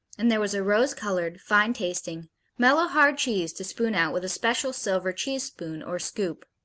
and there was a rose-colored, fine-tasting, mellow-hard cheese to spoon out with a special silver cheese spoon or scoop.